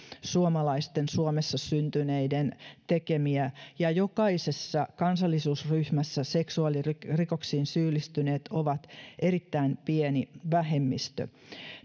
suomalaisten suomessa syntyneiden tekemiä ja jokaisessa kansallisuusryhmässä seksuaalirikoksiin syyllistyneet ovat erittäin pieni vähemmistö